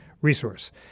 resource